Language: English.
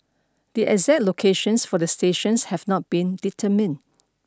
the exact locations for the stations have not been determined